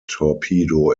torpedo